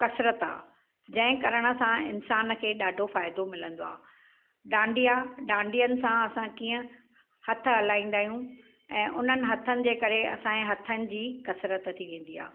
कसरतु आहे जंहिं करण सां इन्सानु खे ॾाढो फ़ाइदो मिलंदो आहे डांडिया डांडियनि सां असां कीअं हथु हलाईंदा आहियूं ऐं उन्हनि हथनि जे करे असांजे हथनि जी कसरतु थी वेंदी आहे